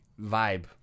vibe